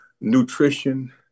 nutrition